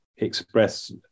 express